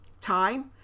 time